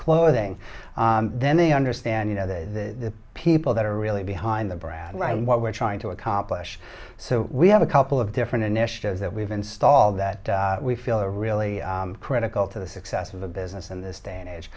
clothing then they understand you know the people that are really behind the brand right and what we're trying to accomplish so we have a couple of different initiatives that we've installed that we feel are really critical to the success of a business in this day and age